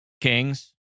Kings